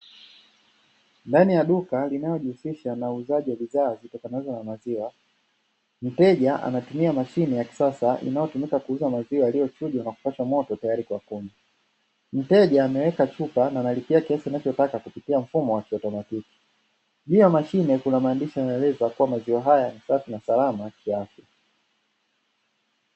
Ndani ya duka linalojihusisha na uuzaji wa bidhaa zitokanazo na maziwa. Mteja anatumia mashine ya kisasa inayotumika kuuza maziwa yaliyochujwa na kupashwa moto tayari kwa kunywa. Mteja ameweka chupa na analipia kiasi anachotaka kupitia mfumo wa kiautomatiki juu ya mashine kuna maandishi yanaeleza kua maziwa haya safi na salama kiafya.